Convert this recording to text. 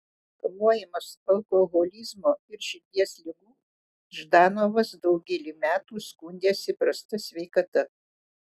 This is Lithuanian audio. kamuojamas alkoholizmo ir širdies ligų ždanovas daugelį metų skundėsi prasta sveikata